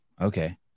Okay